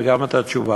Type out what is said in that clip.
וגם את התשובה,